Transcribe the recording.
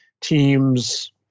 teams